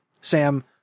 Sam